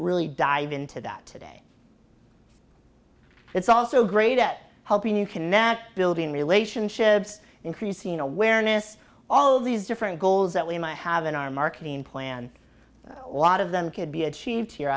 really dive into that today it's also great at helping you connect building relationships increasing awareness all these different goals that we might have in our marketing plan a lot of them could be achieved here